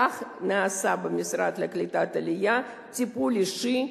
כך נעשה במשרד לקליטת העלייה טיפול אישי,